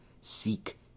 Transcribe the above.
Seek